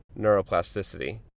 neuroplasticity